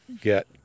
get